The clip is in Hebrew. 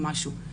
סליחה.